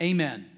Amen